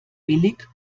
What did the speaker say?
billig